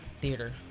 theater